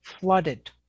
flooded